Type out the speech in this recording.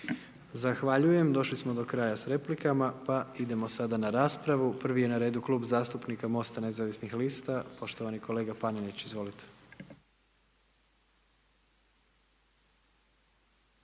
Zahvaljujem, došli smo do kraja s replikama, pa idemo sada na raspravu. Prvi je na redu klub zastupnika Mosta nezavisnih lista, poštovani kolega Panenić, izvolite.